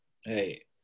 hey